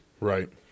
Right